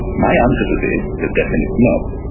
my answer to this is a definite no.